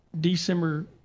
December